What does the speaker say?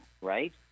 right